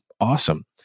awesome